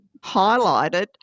highlighted